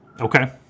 Okay